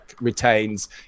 retains